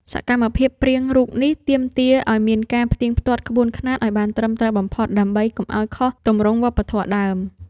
សកម្មភាពព្រាងរូបនេះទាមទារឱ្យមានការផ្ទៀងផ្ទាត់ក្បួនខ្នាតឱ្យបានត្រឹមត្រូវបំផុត ដើម្បីកុំឱ្យខុសទម្រង់វប្បធម៌ដើម។